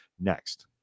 next